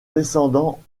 descendants